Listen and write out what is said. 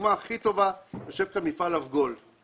הדוגמה הטובה היא מפעל אבגול שיושב כאן.